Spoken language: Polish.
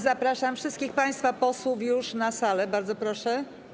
Zapraszam wszystkich państwa posłów już na salę, bardzo proszę.